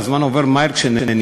הזמן עובר מהר כשנהנים,